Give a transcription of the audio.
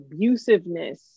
abusiveness